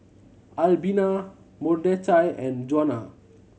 Albina Mordechai and Juana